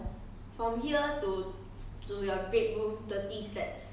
if you were to exercise hor after that 你就去冲凉 you waste a lot of time you know